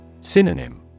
Synonym